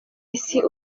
isi